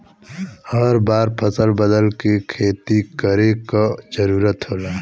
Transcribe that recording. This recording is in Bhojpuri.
हर बार फसल बदल के खेती करे क जरुरत होला